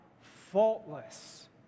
faultless